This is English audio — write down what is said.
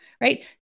right